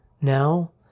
now